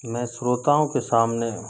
मैं स्रोताओं के सामने